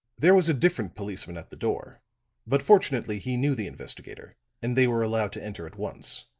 there was a different policeman at the door but fortunately he knew the investigator and they were allowed to enter at once.